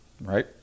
Right